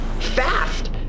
fast